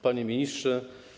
Panie Ministrze!